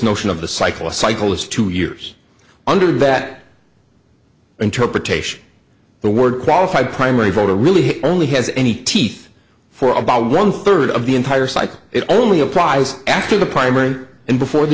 notion of the cycle a cycle is two years under that interpretation of the word qualified primary voter really only has any teeth for about one third of the entire cycle it only applies after the primary and before the